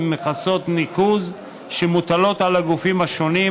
מכסות ניקוז שמוטלות על הגופים השונים,